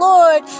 Lord